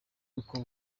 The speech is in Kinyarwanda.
uko